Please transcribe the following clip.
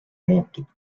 muutub